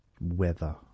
weather